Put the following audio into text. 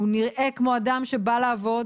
הוא נראה כמו אדם שבא לעבוד,